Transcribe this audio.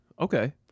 Okay